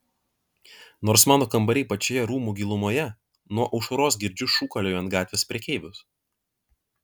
nors mano kambariai pačioje rūmų gilumoje nuo aušros girdžiu šūkaliojant gatvės prekeivius